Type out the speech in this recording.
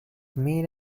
made